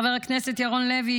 חבר הכנסת ירון לוי,